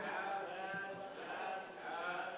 חבר הכנסת